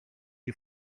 you